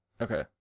okay